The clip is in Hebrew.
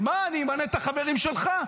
מה, אני אמנה את החברים שלך?